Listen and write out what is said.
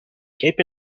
keep